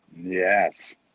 Yes